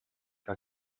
que